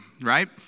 Right